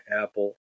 Apple